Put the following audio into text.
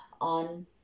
on